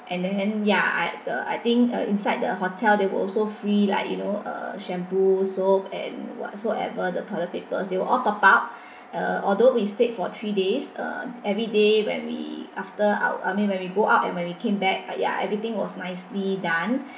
and then ya at the I think uh inside the hotel there were also free like you know uh shampoo soap and whatsoever the toilet papers they will all top up uh although we stayed for three days uh everyday when we after our I mean when we go out and we came back uh ya everything was nicely done